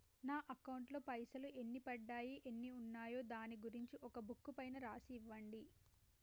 నా అకౌంట్ లో పైసలు ఎన్ని పడ్డాయి ఎన్ని ఉన్నాయో దాని గురించి ఒక బుక్కు పైన రాసి ఇవ్వండి?